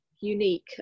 unique